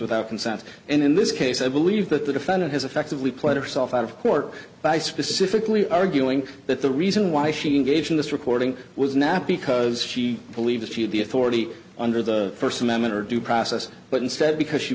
without consent and in this case i believe that the defendant has effectively pleather self out of court by specifically arguing that the reason why she engaged in this recording was knapp because she believes she had the authority under the first amendment or due process but instead because she